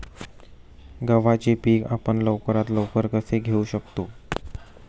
गव्हाचे पीक आपण लवकरात लवकर कसे घेऊ शकतो?